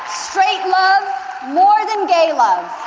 straight love more than gay love,